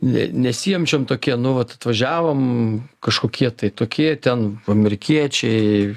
ne nesijamčiam tokie nu vat atvažiavom kažkokie tai tokie ten amerikiečiai